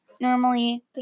normally